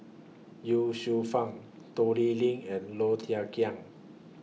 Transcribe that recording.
Ye Shufang Toh Liying and Low Thia Khiang